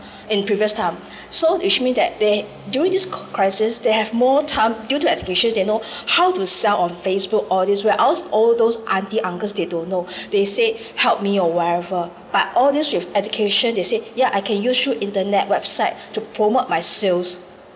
in previous time so which mean that they during this cr~ crisis they have more time due to education they know how to sell on Facebook all these where else all those auntie uncles they don't know they say help me or whatever but all these with education they say yeah I can use through internet website to promote my sales